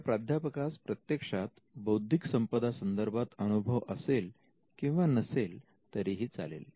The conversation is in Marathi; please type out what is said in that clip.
या प्राध्यापकास प्रत्यक्षात बौद्धिक संपदा संदर्भात अनुभव असेल किंवा नसेल तरीही चालेल